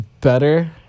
better